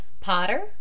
Potter